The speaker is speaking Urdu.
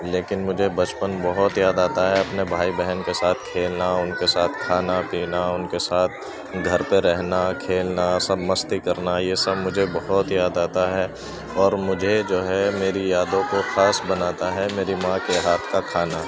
لیکن مجھے بچپن بہت یاد آتا ہے اپنے بہن بھائی کے ساتھ کھیلنا ان کے ساتھ کھانا پینا ان کے ساتھ گھر پہ رہنا کھیلنا سب مستی کرنا یہ سب مجھے بہت یاد آتا ہے اور مجھے جو ہے میری یادوں کو خاص بناتا ہے میری ماں کے ہاتھ کا کھانا